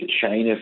China